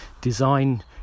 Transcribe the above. design